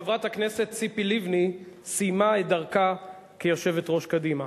חברת הכנסת ציפי לבני סיימה את דרכה כיושבת ראש קדימה,